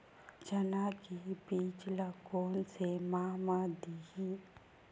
चना के बीज ल कोन से माह म दीही?